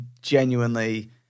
genuinely –